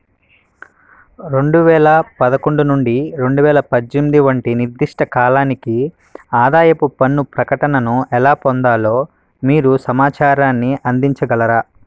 రెండు వేల పదకొండు నుండి రెండు వేల పద్దెనిమిది వంటి నిర్దిష్ట కాలానికి ఆదాయపు పన్ను ప్రకటనను ఎలా పొందాలో మీరు సమాచారాన్ని అందించగలరా